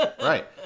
Right